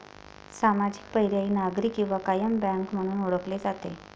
सामाजिक, पर्यायी, नागरी किंवा कायम बँक म्हणून ओळखले जाते